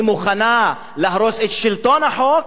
היא מוכנה להרוס את שלטון החוק,